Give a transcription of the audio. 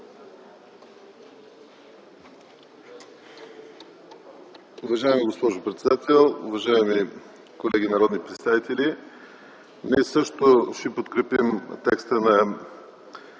Уважаема госпожо председател, уважаеми колеги народни представители! Ние също ще подкрепим текста на